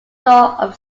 top